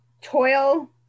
Toil